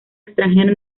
extranjera